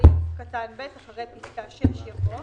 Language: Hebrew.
האמור בסעיף יסומן (א) ואחריו יבוא:"(ב)